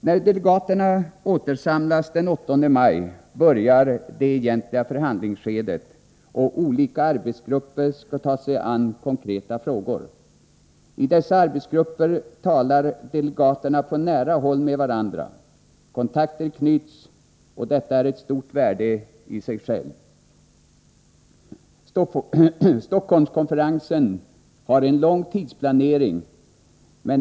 När delegaterna återsamlas den 8 maj börjar det egentliga förhandlingsskedet, och olika arbetsgrupper skall ta sig an konkreta frågor. I dessa arbetsgrupper talar delegaterna på nära håll med varandra och kontakter knyts. Detta är ett stort värde i sig självt. Stockholmskonferensen har en lång tidsplanering.